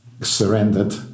surrendered